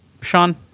Sean